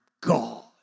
God